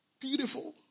Beautiful